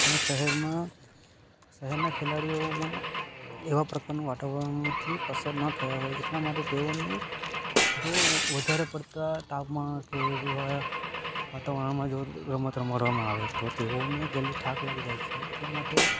ને શહેરમાં શહેરના ખેલાડીઓમાં એવા પ્રકારનું વાતાવરણથી પસાર ન થયા હોય એટલા માટે તેઓને જો વધારે પડતા તાપમાન કે એવા વાતાવરણમાં જો રમત રમાડવામાં આવે તો તેઓને જલ્દી થાક લાગી જાય છે એટલા માટે